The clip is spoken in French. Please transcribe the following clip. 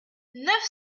neuf